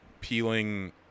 peeling